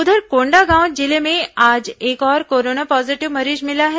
उधर कोंडागांव जिले में आज एक और कोरोना पॉजीटिव मरीज मिला है